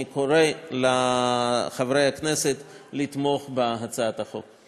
אני קורא לחברי הכנסת לתמוך בהצעת החוק.